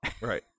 Right